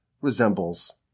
resembles